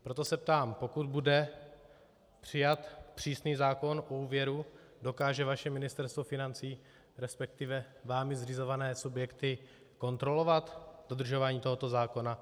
Proto se ptám, pokud bude přijat přísný zákon o úvěru, dokáže vaše Ministerstvo financí, resp. vámi zřizované subjekty, kontrolovat dodržování tohoto zákona?